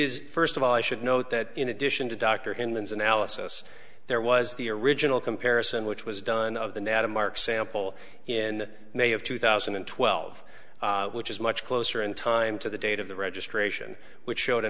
is first of all i should note that in addition to dr in the analysis there was the original comparison which was done of the net of mark sample in may of two thousand and twelve which is much closer in time to the date of the registration which showed a